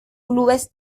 clubes